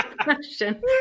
question